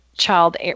child